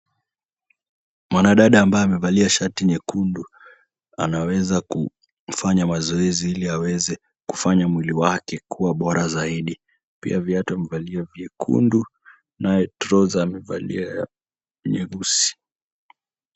Mwanadada ambaye amevalia shati nyekundu, anaweza kufanya mazoezi ili aweze kufanya mwili wake kuwa bora zaidi. Pia viatu amevalia vyekundu naye troza amevalia nyeusi.